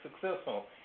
successful